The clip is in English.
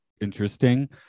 interesting